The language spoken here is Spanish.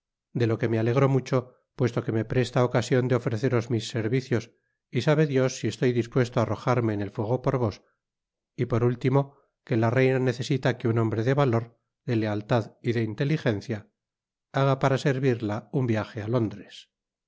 de lo que me alegro mucho puesto que me presta ocasion de ofreceros mis servicios y sabe dios si estoy dispuesto á arrojarme en el fuego por vos y por último que la reina necesita que un hombre de valor de lealtad y de inteligencia haga para servirla un viaje á londres